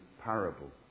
parable